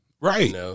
Right